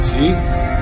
See